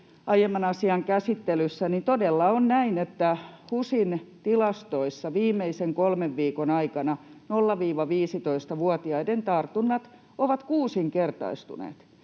aiemman asian käsittelyssä, niin todella on näin, että HUSin tilastoissa viimeisen kolmen viikon aikana 0—15-vuotiaiden tartunnat ovat kuusinkertaistuneet,